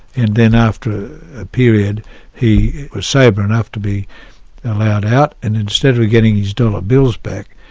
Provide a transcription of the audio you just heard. and then after a period he was sober enough to be allowed out, and instead of getting his dollar bills back,